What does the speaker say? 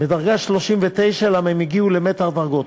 בדרגה 39, כי הם הגיעו למתח דרגות.